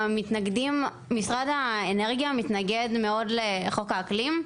משרד האנרגיה מתנגד מאוד לחוק האקלים,